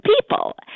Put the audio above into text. people